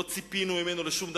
לא ציפינו ממנו לשום דבר,